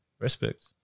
Respect